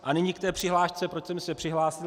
A nyní k té přihlášce, proč jsem se přihlásil.